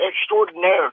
extraordinary